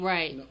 Right